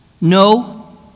No